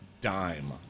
dime